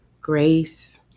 grace